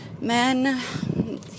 men